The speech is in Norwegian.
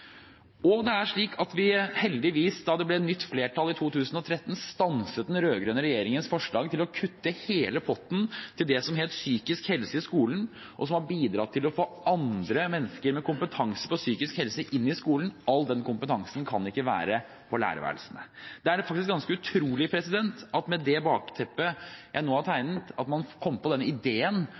Da det ble nytt flertall i 2013, stanset vi heldigvis den rød-grønne regjeringens forslag om å kutte hele potten til det som het psykisk helse i skolen, og som har bidratt til å få andre mennesker med kompetanse på psykisk helse inn i skolen. All den kompetansen kan ikke være på lærerværelsene. Det er ganske utrolig – med det bakteppet jeg nå har tegnet – at man kom på ideen